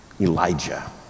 Elijah